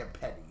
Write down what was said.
petty